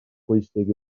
bwysig